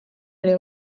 ere